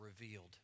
revealed